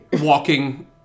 walking